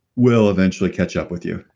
will eventually catch up with you.